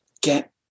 Get